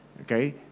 Okay